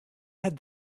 had